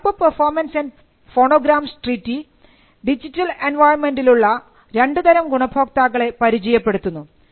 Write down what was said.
വൈപോ performances and phonograms treaty digital എൻവിയോൺമെൻറിലുള്ള രണ്ടു തരം ഗുണഭോക്താക്കളെ പരിചയപ്പെടുത്തുന്നു